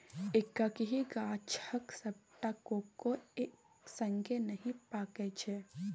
एक्कहि गाछक सबटा कोको एक संगे नहि पाकय छै